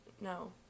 No